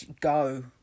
Go